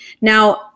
Now